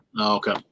Okay